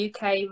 UK